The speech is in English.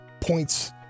points